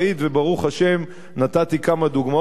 וברוך השם נתתי כמה דוגמאות.